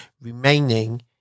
remaining